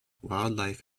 wildlife